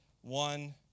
one